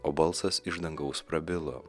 o balsas iš dangaus prabilo